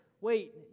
Wait